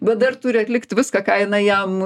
bet dar turi atlikt viską ką jinai jam